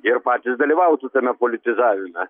ir patys dalyvautų tame politizavime